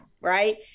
Right